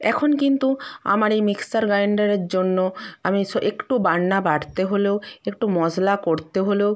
এখন কিন্তু আমার এই মিক্সার গ্রাইন্ডারের জন্য আমি স একটু বাটনা বাটতে হলেও একটু মশলা করতে হলেও